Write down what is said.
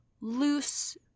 loose